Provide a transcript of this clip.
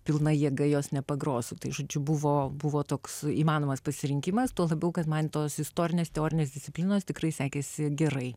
pilna jėga jos nepagrosiu žodžiu buvo buvo toks įmanomas pasirinkimas tuo labiau kad man tos istorinės teorinės disciplinos tikrai sekėsi gerai